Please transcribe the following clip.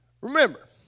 remember